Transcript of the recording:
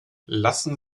lassen